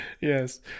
Yes